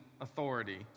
authority